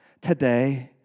today